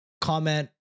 comment